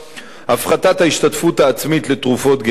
הפחתת ההשתתפות העצמית לתרופות גנריות,